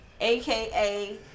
AKA